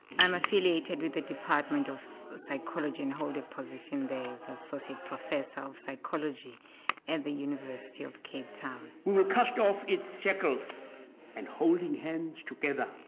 i'm affiliated with the department of psychology and hold a position there as associate professor of psychology at and the university of cape town. we will cast off its shackles and holding hands together